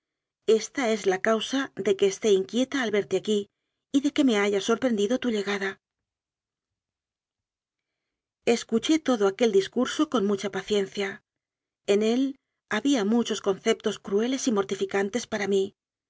esta es la causa de que esté inquieta al verte aquí y de que me haya sorprendido tu llegada escuché todo aquel discurso con mucha pacien cia en ól había muchos conceptos crueles y mor tificantes para mí